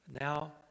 Now